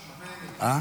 לו,